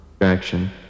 Action